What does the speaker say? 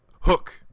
Hook